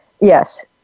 Yes